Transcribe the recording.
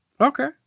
Okay